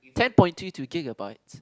ten point two two gigabits